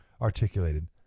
articulated